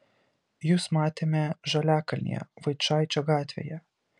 jus matėme žaliakalnyje vaičaičio gatvėje